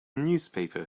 newspaper